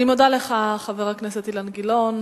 אני מודה לך, חבר הכנסת אילן גילאון.